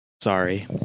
Sorry